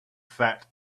fat